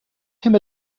him